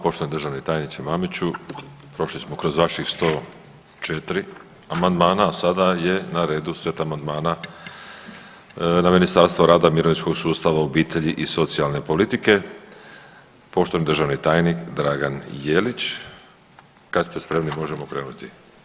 Poštovani državni tajniče Mamiću, prošli smo kroz vaših 104. amandmana, a sada je na redu set amandmana na Ministarstvo rada, mirovinskog sustava, obitelji i socijalne politike, poštovani državni tajnik Dragan Jelić, kad ste spremni možemo krenuti.